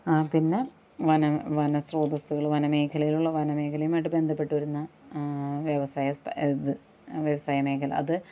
ആ പിന്നെ വന വന സ്രോതസ്സുകള് വന മേഖലകയിലുള്ള വന മേഖലയുമായിട്ട് ബന്ധപ്പെട്ട് വരുന്ന വ്യവസായ സ്ഥാ ഇത് വ്യവസായ മേഖല അത്